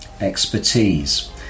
expertise